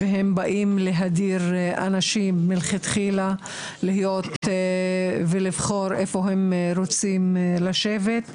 והם באים להדיר אנשים מלכתחילה להיות ולבחור איפה הם רוצים לשבת.